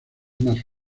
más